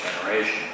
generation